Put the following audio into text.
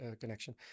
connection